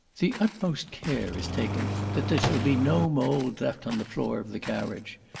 the utmost care is taken that there shall be no mould left on the floor of the carriage.